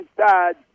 inside